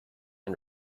and